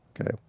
Okay